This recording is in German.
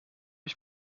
ich